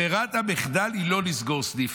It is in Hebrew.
ברירת המחדל היא לא לסגור סניף.